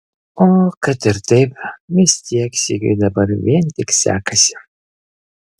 o kad ir taip vis tiek sigiui dabar vien tik sekasi